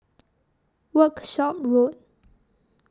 Workshop Road